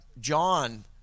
John